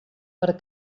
per